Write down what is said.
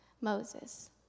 Moses